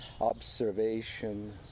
observation